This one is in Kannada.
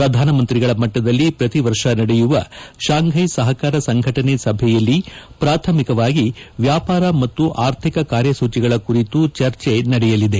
ಶ್ರಧಾನಮಂತ್ರಿಗಳ ಮಟ್ಟದಲ್ಲಿ ಪ್ರತಿವರ್ಷ ನಡೆಯುವ ಶಾಂಘ್ಟೆ ಸಹಕಾರ ಸಂಘಟನೆಯ ಸಭೆಯಲ್ಲಿ ಪ್ರಾಥಮಿಕವಾಗಿ ವ್ಯಾಪಾರ ಮತ್ತು ಆರ್ಥಿಕ ಕಾರ್ಯಸೂಚಿಗಳ ಕುರಿತು ಚರ್ಚೆ ನಡೆಯಲಿದೆ